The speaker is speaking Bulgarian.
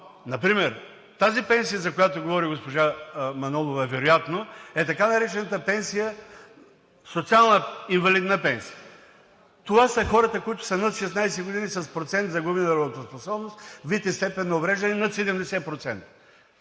например тази пенсия, за която говори госпожа Манолова, вероятно е така наречената социална инвалидна пенсия. Това са хората, които са над 16 години с процент загубена работоспособност, вид и степен на увреждане над 70%.